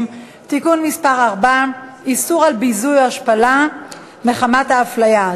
(תיקון מס' 4) (איסור ביזוי או השפלה מחמת הפליה),